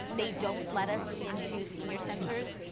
they don't let us into senior centers,